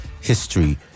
history